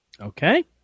Okay